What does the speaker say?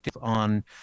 on